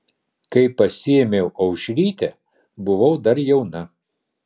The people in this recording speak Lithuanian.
kai pasiėmiau aušrytę buvau dar jauna